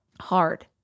hard